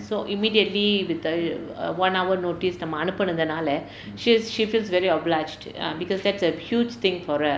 so immediately with a one hour notice நம்ம அனுப்புனதுநால:namma anupunathunaala she's she feels very obliged because that's a huge thing for her